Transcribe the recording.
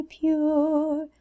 pure